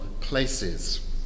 places